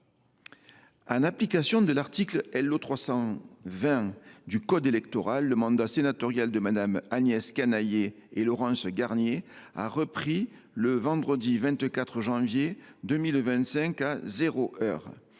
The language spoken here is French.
En application de l’article L.O. 320 du code électoral, le mandat sénatorial de Mmes Agnès Canayer et Laurence Garnier a repris le vendredi 24 janvier 2025 à zéro heure.